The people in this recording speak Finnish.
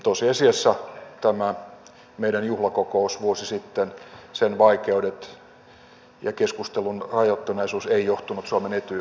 tosiasiassa tämä meidän juhlakokous vuosi sitten sen vaikeudet ja keskustelun rajoittuneisuus ei johtunut suomen etyj valtuuskunnasta